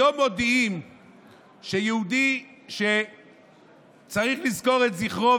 היום מודיעים שליהודי שצריך לזכור את זכרו,